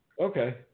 Okay